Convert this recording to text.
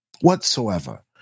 Whatsoever